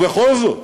ובכל זאת,